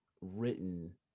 written